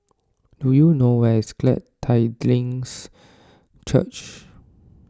do you know where is Glad Tidings Church